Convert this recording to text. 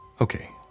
Okay